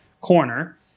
corner